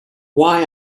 why